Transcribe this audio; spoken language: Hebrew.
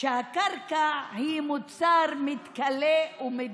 מכר את הערכים שלו,